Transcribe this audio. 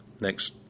next